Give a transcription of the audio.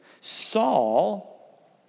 Saul